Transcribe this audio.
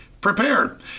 prepared